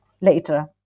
later